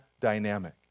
dynamic